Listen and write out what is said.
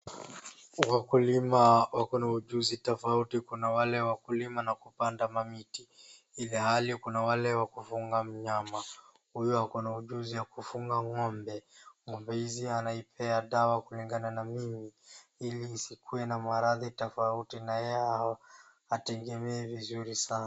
Wakulima wako naujuzi tofauti. Kuna wale wa kulima na kupanda mamiti, ilhali kuna wale wa kufunga mnyama. Huyu anaujuzi ya kufunga ngómbe. Ngómbe hizi anaipea dawa kulingana na mimi ili isikuwe na maradhi tofauti, na yeye a, ategemee vizuri sana.